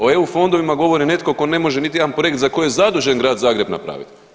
O EU fondovima govori netko tko ne može niti jedan projekt za koji je zadužen Grad Zagreb, napraviti.